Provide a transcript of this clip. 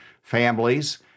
families